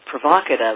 provocative